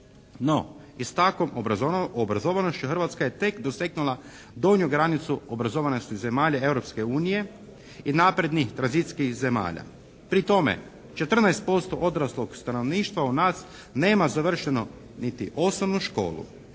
No i s takvom obrazovanošću Hrvatska je tek dosegnula donju granicu obrazovanosti zemalja Europske unije i naprednih tranzicijskih zemalja. Pri tome 14% odraslog stanovništva u nas nema završeno niti osnovnu školu.